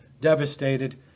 devastated